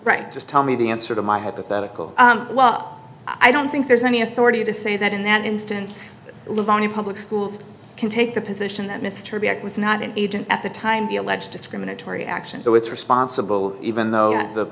right just tell me the answer to my hypothetical well i don't think there's any authority to say that in that instance lavani public schools can take the position that mr beck was not an agent at the time the alleged discriminatory action so it's responsible even though